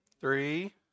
three